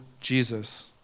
Jesus